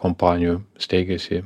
kompanijų steigėsi